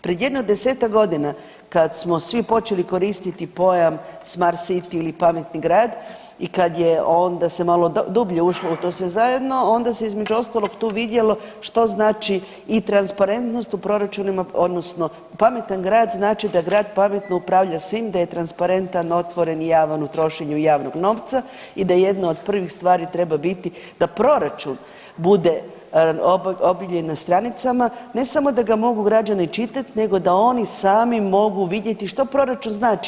Pred jedno desetak godina kad smo svi počeli koristiti pojam smart city ili pametni grad i kad je onda se malo dublje ušlo u to sve zajedno, onda se, između ostalog, tu vidjelo, što znači i transparentnost u proračunima, odnosno pametan grad znači da grad pametno upravlja svim, da je transparentan, otvoren i javan u trošenju javnog novca i da jedno od prvih stvari treba biti da proračun bude objavljen na stranicama, ne samo da ga mogu građani čitati, nego da oni sami mogu vidjeti što proračun znači.